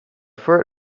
for